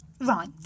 Right